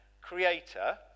creator